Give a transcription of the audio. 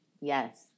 Yes